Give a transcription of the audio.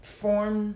form